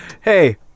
Hey